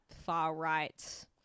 far-right